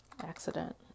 Accident